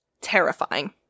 Terrifying